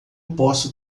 posso